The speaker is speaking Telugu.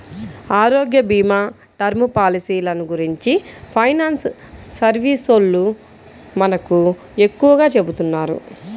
ఆరోగ్యభీమా, టర్మ్ పాలసీలను గురించి ఫైనాన్స్ సర్వీసోల్లు మనకు ఎక్కువగా చెబుతున్నారు